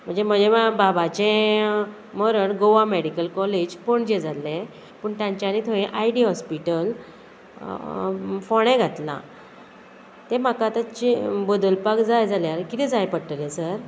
म्हणजे म्हजें बाबाचें मरण गोवा मॅडिकल कॉलेज पणजे जाल्लें पूण तांच्यानी थंय आय डी हॉस्पिटल फोणें घातलां तें म्हाका ताचें बदलपाक जाय जाल्यार कितें जाय पडटलें सर